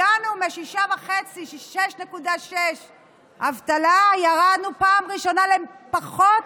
הגענו מ-6.6% אבטלה, ירדנו בפעם הראשונה לפחות